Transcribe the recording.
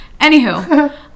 anywho